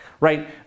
right